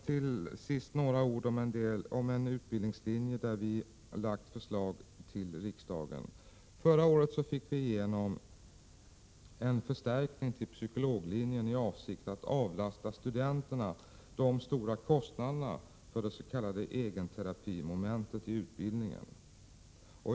Till sist några ord om en utbildningslinje där vpk väckt förslag till riksdagen. Förra året fick vi igenom en förstärkning till psykologlinjen i syfte att avlasta studenterna de stora kostnaderna för det s.k. egenterapimomentet i utbildningen.